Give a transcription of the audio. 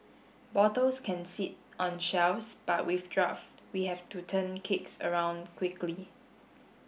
bottles can sit on shelves but with draft we have to turn kegs around quickly